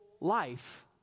life